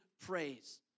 praise